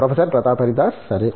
professor Pratap Haridas సరే